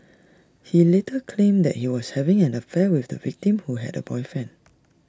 he later claimed that he was having an affair with the victim who had A boyfriend